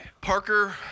Parker